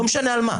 לא משנה על מה,